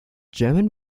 german